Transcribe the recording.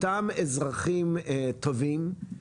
אותם אזרחים טובים,